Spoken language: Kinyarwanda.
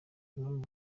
bamwe